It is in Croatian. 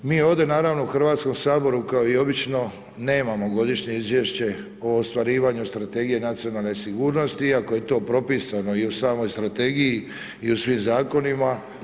Mi ovdje naravno u Hrvatskom saboru kao i obično nemamo godišnje izvješće o ostvarivanju Strategije nacionalne sigurnosti iako je to propisano i u samoj strategiji i u svim zakonima.